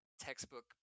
textbook